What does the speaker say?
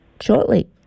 shortly